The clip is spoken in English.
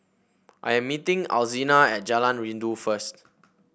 I am meeting Alzina at Jalan Rindu first